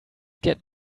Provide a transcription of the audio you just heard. get